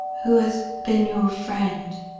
who has been your friend